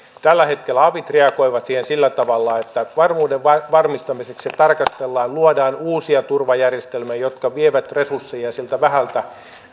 tällä hetkellä avit reagoivat siihen sillä tavalla että varmuuden varmistamiseksi tarkastellaan luodaan uusia turvajärjestelmiä jotka vievät resursseja niiltä vähiltä